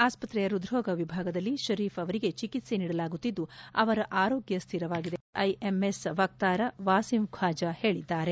ಆಸ್ಪತ್ರೆಯ ಹೃದ್ರೋಗ ವಿಭಾಗದಲ್ಲಿ ಪರೀಫ್ ಅವರಿಗೆ ಚಿಕಿತ್ಸೆ ನೀಡಲಾಗುತ್ತಿದ್ದು ಅವರ ಆರೋಗ್ಯ ಸ್ವಿರವಾಗಿದೆ ಎಂದು ಪಿಐಎಮ್ಎಸ್ ವಕ್ತಾರರ ವಾಸಿಂ ಖ್ವಾಜಾ ಹೇಳಿದ್ದಾರೆ